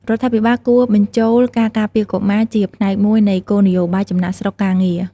រដ្ឋាភិបាលគួរបញ្ចូលការការពារកុមារជាផ្នែកមួយនៃគោលនយោបាយចំណាកស្រុកការងារ។